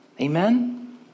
Amen